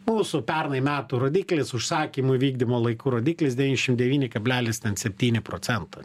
mūsų pernai metų rodiklis užsakymų įvykdymo laiku rodiklis devyndešim devyni kablelis ten septyni procento